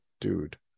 dude